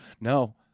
No